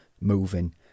moving